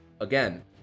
again